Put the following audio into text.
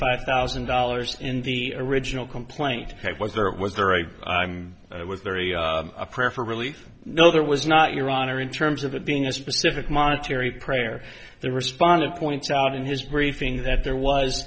five thousand dollars in the original complaint was that it was very very a prayer for relief no there was not your honor in terms of it being a specific monetary prayer the respondent points out in his briefing that there was